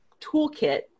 Toolkit